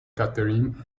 catherine